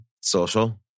social